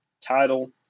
title